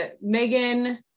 Megan